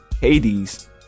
hades